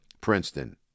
Princeton